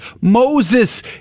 Moses